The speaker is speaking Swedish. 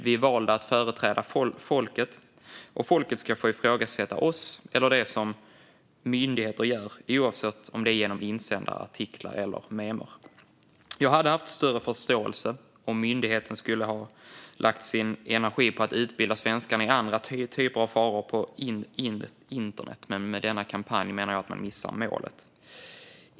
Vi är valda att företräda folket, och folket ska få ifrågasätta oss eller det som myndigheter gör oavsett om det sker genom insändare, artiklar eller memer. Jag hade haft större förståelse om myndigheten skulle ha lagt sin energi på att utbilda svenskarna i andra typer av faror på internet, men med denna kampanj menar jag att man missar målet.